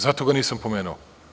Zato ga nisam pomenuo.